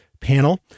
panel